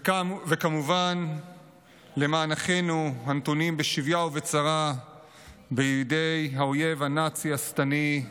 וכמובן למען אחינו הנתונים בשביה ובצרה בידי האויב הנאצי השטני,